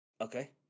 Okay